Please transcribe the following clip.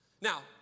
now